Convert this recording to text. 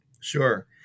Sure